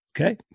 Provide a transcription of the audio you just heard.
Okay